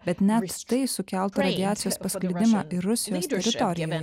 bet net tai sukeltų radiacijos pasklidimą į rusijos teritoriją